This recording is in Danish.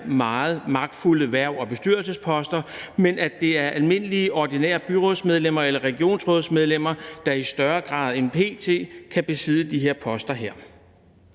meget magtfulde erhverv og bestyrelsesposter, men at det er almindelige, ordinære byrådsmedlemmer eller regionsrådsmedlemmer, der i større grad end p.t. kan besidde de her poster.